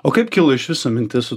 o kaip kilo iš viso mintis su